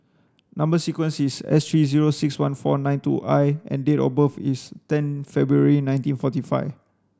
number sequence is S three zero six one four nine two I and date of birth is ten February nineteen forty five